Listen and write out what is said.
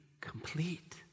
complete